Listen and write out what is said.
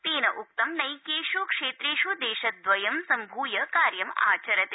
तेनोक्तं नैकेष् क्षेत्रेष् देशद्वयं सम्भूय कार्यमाचरते